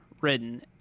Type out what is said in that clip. written